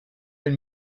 une